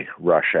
russia